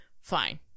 fine